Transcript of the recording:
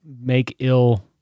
make-ill